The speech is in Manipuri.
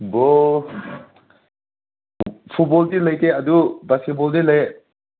ꯕ꯭ꯔꯣ ꯐꯨꯠꯕꯣꯜꯗꯤ ꯂꯩꯇꯦ ꯑꯗꯨ ꯕꯥꯁꯀꯦꯠꯕꯣꯜꯗꯤ ꯂꯩꯑꯦ